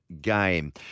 game